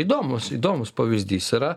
įdomus įdomus pavyzdys yra